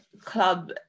club